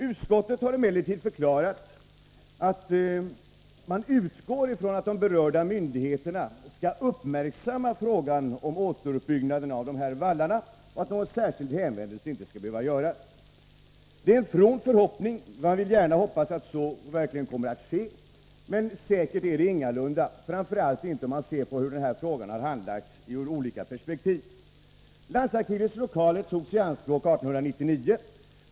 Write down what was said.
Utskottet har emellertid förklarat att man utgår ifrån att de berörda myndigheterna skall uppmärksamma frågan om återuppbyggnad av vallarna och att någon särskild hänvändelse inte skall behöva göras. Det är en from förhoppning. Man vill gärna hoppas att så verkligen kommer att ske, men säkert är det ingalunda, framför allt inte om man ser på hur den här frågan har handlagts ur olika perspektiv. Landsarkivets lokaler togs i anspråk 1899.